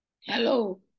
Hello